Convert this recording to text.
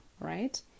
right